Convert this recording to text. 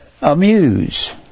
amuse